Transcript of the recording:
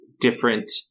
different